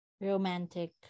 romantic